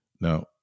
Now